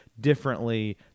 differently